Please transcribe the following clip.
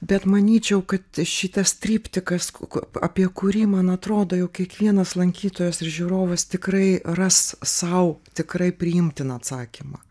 bet manyčiau kad šitas triptikas ko apie kurį man atrodo jau kiekvienas lankytojas ir žiūrovas tikrai ras sau tikrai priimtiną atsakymą